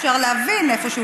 אפשר להבין איפשהו,